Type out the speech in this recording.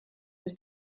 his